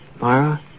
Myra